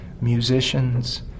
musicians